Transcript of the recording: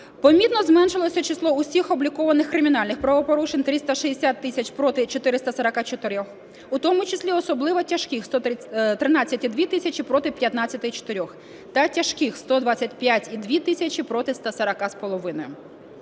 Помітно зменшилося число усіх облікованих кримінальних правопорушень – 360 тисяч проти 444, в тому числі особливо тяжких – 13,2 тисячі проти 15,4 та тяжких – 125,2 тисячі проти 140,5.